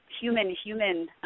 human-human